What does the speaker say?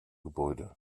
gebäude